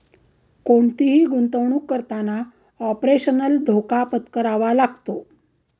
कोणतीही गुंतवणुक करताना ऑपरेशनल धोका पत्करावा लागतो